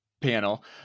panel